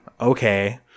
Okay